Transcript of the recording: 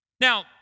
Now